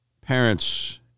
parents